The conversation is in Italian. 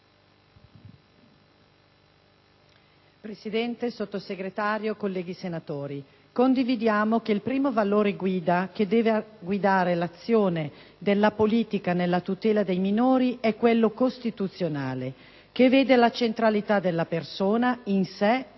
Presidente, signor Sottosegretario, colleghi senatori, condividiamo che il primo valore guida che deve dirigere l'azione della politica nella tutela dei minori è quello costituzionale, che vede la centralità della persona, in sé e nelle